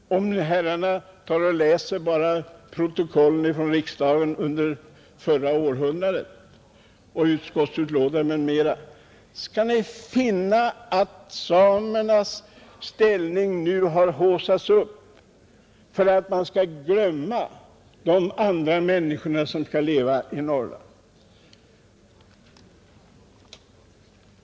Om herrarna läser protokoll, utskottsutlåtanden m.m. från riksdagen under förra århundradet, skall ni finna att samernas ställning nu har haussats upp för att man skall glömma de andra människorna som skall leva i Norrland.